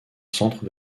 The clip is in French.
centre